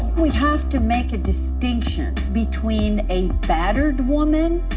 we have to make a distinction between a battered woman